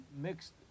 mixed